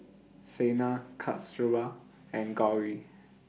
Saina Kasturba and Gauri